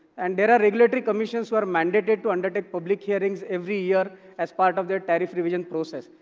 and there are regulatory commissions who are mandated to undertake public hearings every year as part of their tariff revision process.